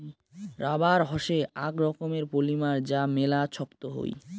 rubber হসে আক রকমের পলিমার যা মেলা ছক্ত হই